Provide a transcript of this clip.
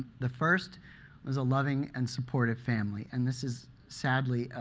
the first was a loving and supportive family and this is, sadly,